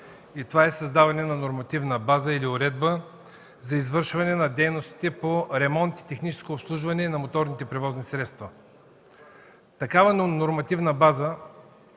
и това е създаването на нормативна база или уредба за извършване на дейностите по ремонт и техническо обслужване на моторните превозни средства. Такава нормативна база,